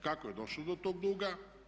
Kako je došlo do tog duga?